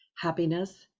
happiness